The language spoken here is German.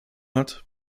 hat